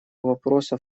вопросов